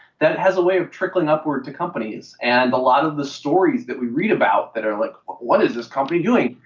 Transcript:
that has a way of trickling upward to companies. and a lot of the stories that we read about that are like what is this company doing,